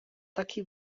taki